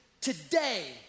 today